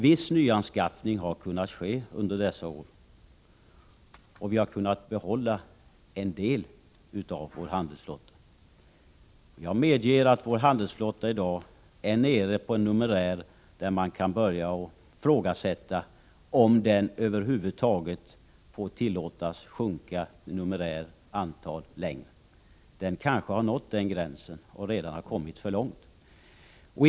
Viss nyanskaffning har kunnat ske under dessa år, och vi har kunnat behålla en del av vår handelsflotta. Jag medger att vår handelsflotta i dag är nere i en numerär där man kan börja ifrågasätta om den får minska ytterligare. Den kanske har nått och även passerat den gränsen.